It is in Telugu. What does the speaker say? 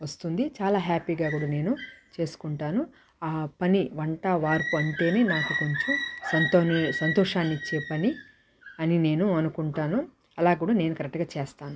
వస్తుంది చాలా హ్యాపీగా కూడా నేను చేసుకుంటాను ఆ పని వంట వార్పు అంటేనే నాకు కొంచెం సంతోని సంతోషాన్ని ఇచ్చే పని అని నేను అనుకుంటాను అలా కూడా నేను కరెక్ట్గా చేస్తాను